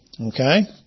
Okay